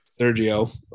Sergio